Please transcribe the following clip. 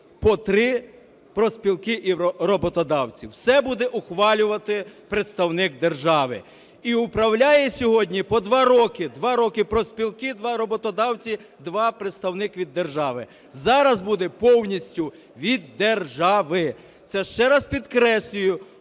по три – профспілки і роботодавці. Все буде ухвалювати представник держави. І управляє сьогодні по два роки: два роки – профспілки, два – роботодавці, два – представник від держави. Зараз буде повністю від держави. Це, ще раз підкреслюю,